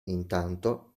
intanto